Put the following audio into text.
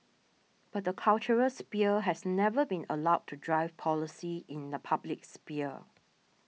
but the cultural sphere has never been allowed to drive policy in the public sphere